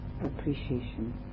appreciation